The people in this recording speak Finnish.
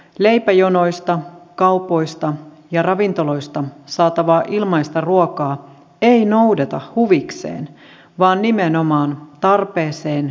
leipäjonoista kaupoista ja ravintoloista saatavaa ilmaista ruokaa ei noudeta huvikseen vaan nimenomaan tarpeeseen ja hätään